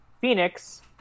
Phoenix